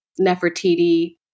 Nefertiti